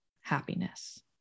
happiness